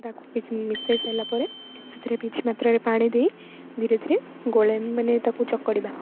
ତାକୁ କିଛି ମିଶେଇ ସରିଲା ପରେ ସେଥିରେ କିଛି ମାତ୍ରାରେ ପାଣିଦେଇ ଧୀରେଧୀରେ ମାନେ ତାକୁ ଚକଟିବା